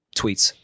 tweets